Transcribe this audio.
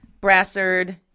Brassard